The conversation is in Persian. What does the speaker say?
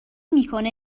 میکنه